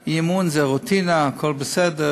האי-אמון זה רוטינה, הכול בסדר.